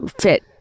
fit